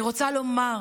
אני רוצה לומר